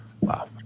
Wow